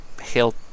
help